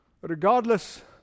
regardless